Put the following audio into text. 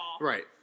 Right